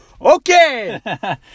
Okay